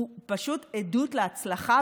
היא פשוט עדות להצלחה,